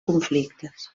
conflictes